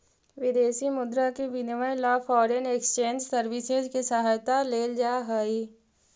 विदेशी मुद्रा के विनिमय ला फॉरेन एक्सचेंज सर्विसेस के सहायता लेल जा हई